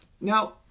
Now